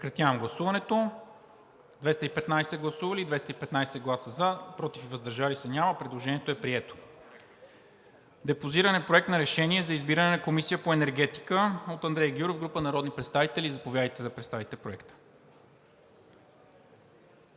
представители: за 215, против и въздържали се няма. Предложението е прието. Депозиран е Проект на решение за избиране на Комисия по енергетика от Андрей Гюров и група народни представители. Заповядайте да представите Проекта.